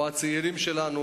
או הצעירים שלנו,